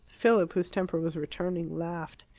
philip, whose temper was returning, laughed.